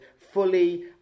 fully